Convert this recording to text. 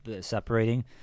separating